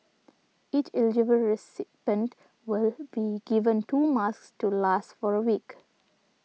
each eligible recipient will be given two masks to last for a week